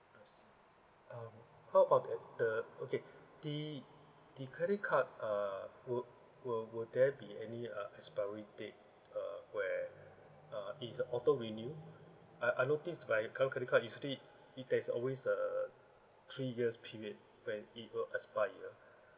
I see um how about at the okay the the credit card uh will will will there be any uh expiry date err where uh it's auto renew I I notice my current credit card usually there's always a three years period where it will expiry